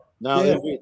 now